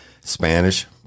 Spanish